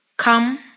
Come